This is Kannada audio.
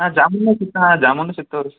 ಹಾಂ ಜಾಮೂನು ಐತಿ ಹಾಂ ಜಾಮೂನು ಸಿಕ್ತವೆ ರೀ ಸರ್